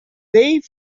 they